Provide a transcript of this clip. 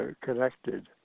connected